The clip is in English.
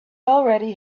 already